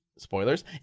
Spoilers